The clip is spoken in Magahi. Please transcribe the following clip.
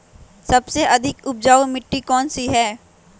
सबसे अधिक उपजाऊ मिट्टी कौन सी हैं?